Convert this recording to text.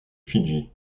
fidji